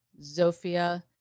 Zofia